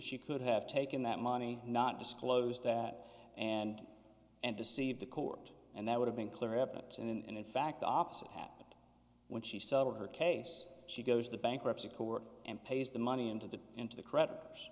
she could have taken that money not disclose that and and deceive the court and that would have been clear evidence and in fact the opposite happened when she settled her case she goes the bankruptcy court and pays the money into the into the creditors